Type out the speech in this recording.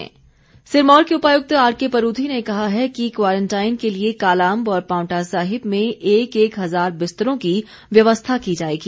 सिरमौर व्यवस्था सिरमौर के उपायुक्त आरके परूथी ने कहा है कि क्वारंटाइन के लिए कालाअंब और पांवटा साहिब में एक एक हज़ार बिस्तरों की व्यवस्था की जाएगी